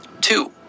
Two